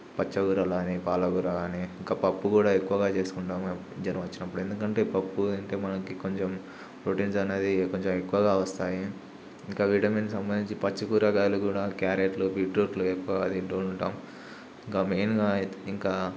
పచ్చ కూరలు గాని పాలకూర గాని ఇంకా పప్పు కూడా ఎక్కువగా చేసుకుంటాం జ్వరం వచ్చినప్పుడు ఎందుకంటే పప్పు తింటే మనకి కొంచెం ప్రోటీన్స్ అనేది కొంచెం ఎక్కువగా వస్తాయి ఇంకా విటమిన్ సంబంధించి పచ్చ కూరగాయలు కూడా క్యారెట్లో బీట్రూట్లో ఎక్కువగా తింటూ ఉంటాం ఇంకా మెయిన్గా ఇంకా